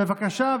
בבקשה.